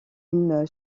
une